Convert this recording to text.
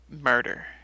murder